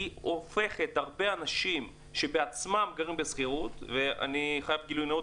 היא הופכת הרבה אנשים שבעצמם גרים בשכירות ואני חייב גילוי נאות,